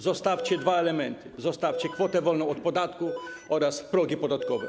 Zostawcie dwa elementy: kwotę wolną od podatku oraz progi podatkowe.